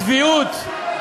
צביעות.